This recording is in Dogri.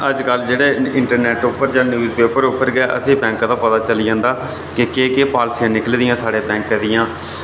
अज्जकल जेह्ड़े इंटरनैट्ट उप्पर जां न्यूज़ उप्पर जां एह्दे पर गै असेंगी बैंक दा पता चली जंदा कि केह् केह् पालसियां निकली दियां साढ़े ताईं इक अद्धियां